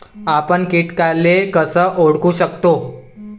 आपन कीटकाले कस ओळखू शकतो?